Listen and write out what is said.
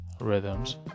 rhythms